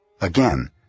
Again